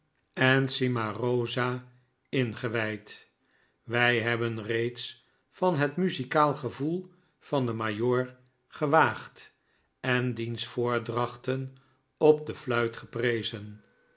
en cimarosa ingewijd wij hebben reeds van het muzikaal gevoel van den majoor gewaagd en diens voordrachten op de fluit geprezen